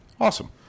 Awesome